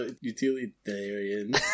utilitarian